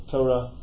Torah